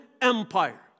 Empire